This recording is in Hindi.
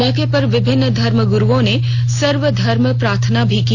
मौके पर विभिन्न धर्मगुरुओं ने सर्वधर्म प्रार्थना भी की